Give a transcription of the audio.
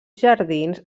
jardins